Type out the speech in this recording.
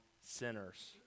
sinners